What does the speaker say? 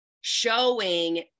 showing